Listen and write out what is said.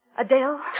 Adele